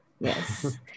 yes